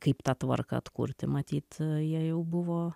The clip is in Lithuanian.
kaip tą tvarką atkurti matyt jie jau buvo